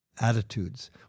attitudes